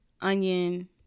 onion